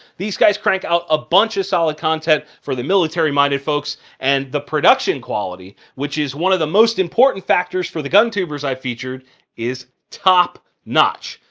these guys crank out a bunch of solid content for the military minded folks and the production quality, which is one of the most important factors for the guntubers i feature is top notch.